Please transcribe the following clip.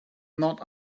not